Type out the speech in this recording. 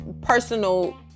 personal